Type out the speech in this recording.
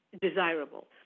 desirable